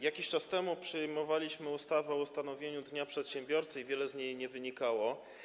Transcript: Jakiś czas temu przyjmowaliśmy ustawę o ustanowieniu dnia przedsiębiorcy i wiele z niej nie wynikało.